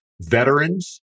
veterans